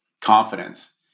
confidence